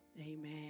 Amen